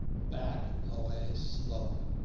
back away slowly.